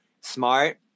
Smart